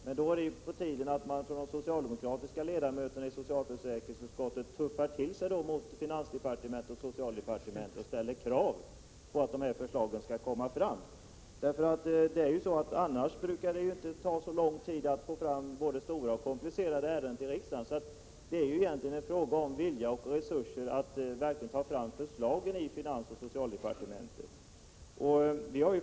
Men då är det ju på tiden att de socialdemokratiska ledamöterna i socialförsäkringsutskottet så att säga tuffar till sig gentemot finansdepartementet och socialdepartementet och ställer krav på att dessa förslag skall läggas fram. Annars brukar det ju inte ta så lång tid att få fram både stora och komplicerade ärenden till riksdagen. Det är egentligen en fråga om vilja och resurser att i finansoch socialdepartementen verkligen ta fram förslagen.